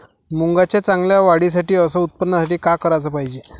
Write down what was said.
मुंगाच्या चांगल्या वाढीसाठी अस उत्पन्नासाठी का कराच पायजे?